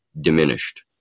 diminished